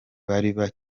bakiva